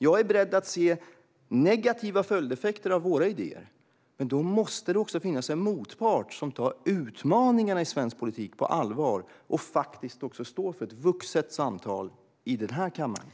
Jag är beredd att se negativa följdeffekter av våra idéer, men då måste det också finnas en motpart som tar utmaningarna i svensk politik på allvar och faktiskt också står för ett vuxet samtal i den här kammaren.